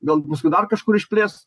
gal paskui dar kažkur išplės